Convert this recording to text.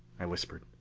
i whispered.